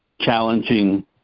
challenging